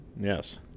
Yes